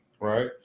right